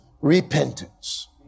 repentance